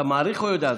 אתה מעריך או יודע?